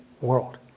world